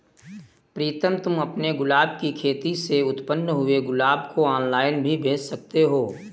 प्रीतम तुम अपने गुलाब की खेती से उत्पन्न हुए गुलाब को ऑनलाइन भी बेंच सकते हो